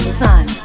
sun